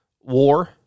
war